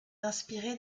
inspirée